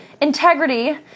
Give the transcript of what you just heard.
Integrity